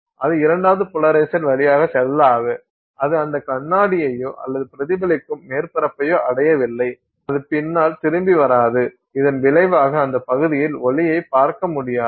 அது இரண்டாவது போலரைசர் வழியாக செல்லாது அது அந்த கண்ணாடியையோ அல்லது பிரதிபலிக்கும் மேற்பரப்பையோ அடையவில்லை அது பின்னால் திரும்பி வராது இதன் விளைவாக அந்த பகுதியில் ஒளியைக் பார்க்க முடியாது